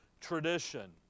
tradition